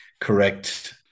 correct